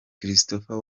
christopher